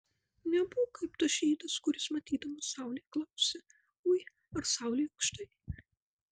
nebūk kaip tas žydas kuris matydamas saulę klausia ui ar saulė aukštai